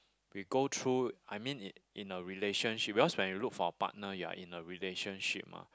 we go through I mean in in a relationship because when we look for a partner we are in a relationship mah